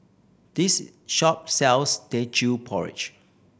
this shop sells Teochew Porridge